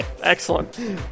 excellent